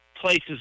places